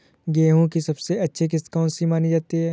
गेहूँ की सबसे अच्छी किश्त कौन सी मानी जाती है?